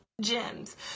gems